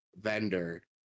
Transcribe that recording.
vendor